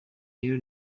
rero